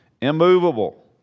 Immovable